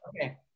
Okay